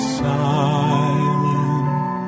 silent